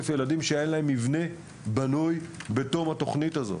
ילדים שאין להם מבנה בנוי בתום התוכנית הזאת,